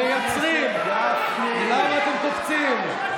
מייצרים, למה אתם קופצים?